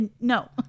No